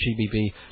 GBB